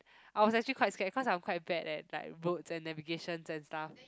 I was actually quite scared cause I'm quite bad at like roads and navigation and stuff